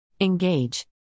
Engage